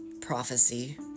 prophecy